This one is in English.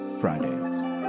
Fridays